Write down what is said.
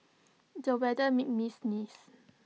the weather made me sneeze